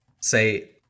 say